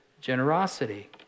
generosity